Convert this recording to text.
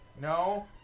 No